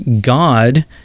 God